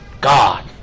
God